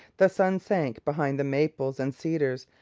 the sun sank behind the maples and cedars,